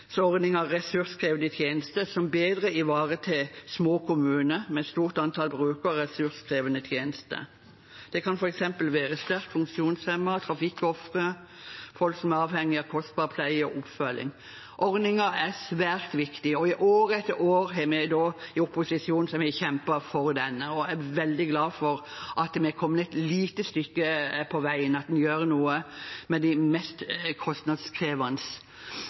ressurskrevende tjenester som bedre ivaretar små kommuner med et stort antall brukere av ressurskrevende tjenester. Det kan f.eks. være sterkt funksjonshemmede, trafikkofre, folk som er avhengige av kostbar pleie og oppfølging. Ordningen er svært viktig. I år etter år har vi i opposisjon kjempet for denne, og jeg er veldig glad for at vi har kommet et lite stykke på vei, at vi gjør noe for de mest kostnadskrevende,